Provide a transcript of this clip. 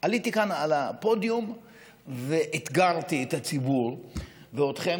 עליתי כאן על הפודיום ואתגרתי את הציבור ואתכם